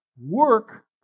Work